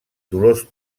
dolors